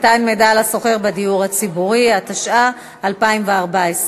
(מתן מידע לשוכר בדיור ציבורי), התשע"ה 2014,